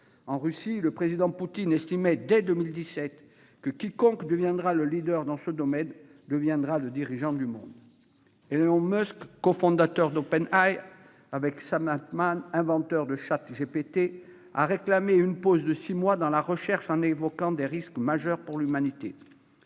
russe Vladimir Poutine estimait dès 2017 que quiconque deviendrait le leader dans ce domaine deviendrait le dirigeant du monde. Aux États-Unis, Elon Musk, cofondateur d'OpenAI avec Sam Altman, l'inventeur de ChatGPT, a réclamé une pause de six mois dans la recherche sur l'IA, en évoquant « des risques majeurs pour l'humanité